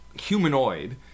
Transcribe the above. humanoid